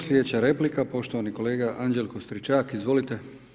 Slijedeća replika, poštovani kolega Anđelko Stričak, izvolite.